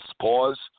pause